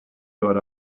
got